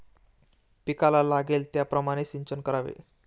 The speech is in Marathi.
पिकाला लागेल त्याप्रमाणे सिंचन करावे